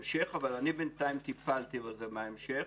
רב-אלוף במילואים בוגי יעלון, בבקשה.